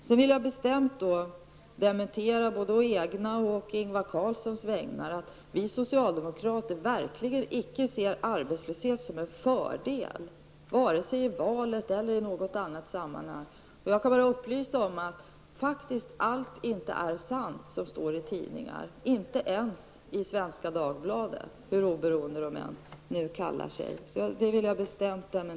Så vill jag bestämt dementera, både å egna och å Ingvar Carlssons vägnar, att vi socialdemokrater skulle se arbetslöshet som en fördel, vare sig i valet eller i något annat sammanhang. Jag kan upplysa om att faktiskt inte allt är sant som står i tidningar, inte ens i Svenska Dagbladet, hur oberoende den tidningen nu än kallar sig.